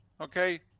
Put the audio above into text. okay